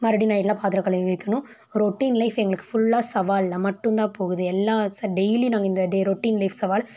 மறுபடி நைட் எல்லா பாத்தரம் கழுவி வைக்கணும் ரொட்டின் லைஃப் எங்களுக்கு ஃபுல்லாக சவாலில் மட்டுந்தான் போகுது எல்லா டெய்லி நாங்கள் இந்த டே ரொட்டின் லைஃப் சவால்